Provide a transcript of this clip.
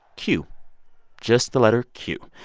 q just the letter q.